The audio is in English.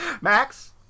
Max